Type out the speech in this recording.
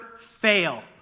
fail